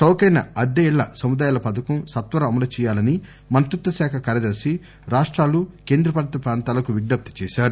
చౌకైన అద్దె ఇళ్ళ సముదాయాల పథకం సత్వరం అమలు చేయాలని మంత్రిత్వశాఖ కార్యదర్శి రాష్టాలు కేంద్ర పాలిత ప్రాంతాలకు విజ్స ప్తి చేశారు